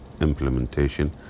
implementation